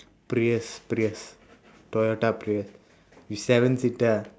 prius prius toyota prius with seven seater ah